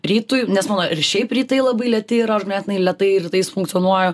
rytuj nes mano ir šiaip rytai labai lėti yra aš ganėtinai lėtai rytais funkcionuoju